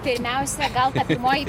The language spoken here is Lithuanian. dažniausia gal ta pirmoji